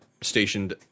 stationed